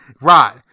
Right